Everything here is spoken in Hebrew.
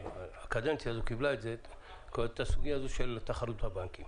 הקדנציה הזו קיבלה את הסוגיה של תחרות הבנקים